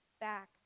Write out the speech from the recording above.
back